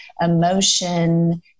emotion